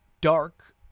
Dark